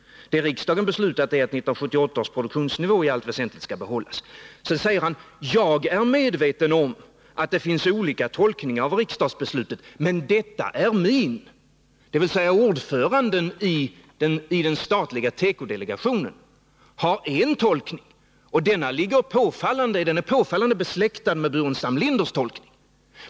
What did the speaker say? Det riksdagen beslutat är att 1978 års produktionsnivå i allt väsentligt ska behållas.” Sedan fortsätter han: ”Jag är medveten om att det finns olika tolkningar av riksdagsbeslutet men detta är min.” Ordföranden i den statliga tekodelegationen har alltså en egen tolkning, och den är påfallande besläktad med herr Burenstam Linders tolkning.